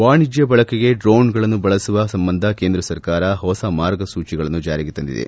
ವಾಣಿಜ್ಞ ಬಳಕೆಗೆ ಡ್ರೋನ್ಗಳನ್ನು ಬಳಸುವ ಸಂಬಂಧ ಕೇಂದ್ರ ಸರ್ಕಾರ ಹೊಸ ಮಾರ್ಗಸೂಚಿಗಳನ್ನು ಜಾರಿಗೆ ತಂದಿದೆ